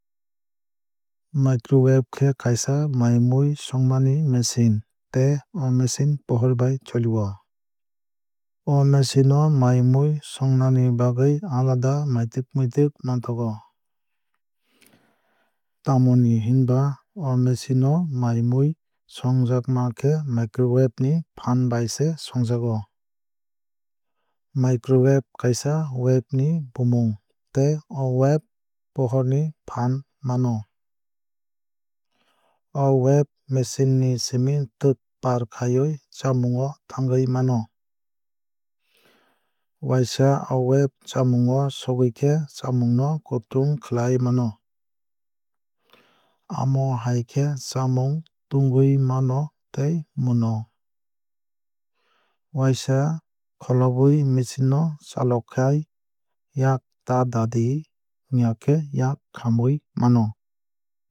Microwave khe kaisa mai mui songmani machine tei o machine pohor bai choli o. O machine o mai mui songnani bagwui alada maitwk muitwk manthogo. Tamoni hinba o machine o mai mui songjakma khe microwave ni phaan bai se songjago. Microwave kaisa wave ni bumung tei o wave pohor ni phaan mano. O wave machine ni simi twk parkhaiwui chamung o thangwui mano. Waisa o wave chamung o sogwuikhe chamung no kutung khlai mano. Amo hai khe chamung tungwui mano tei muno. Waisa kholobwui machine o chalokhai yaak ta dadi wngya khe yaak khamwui mano.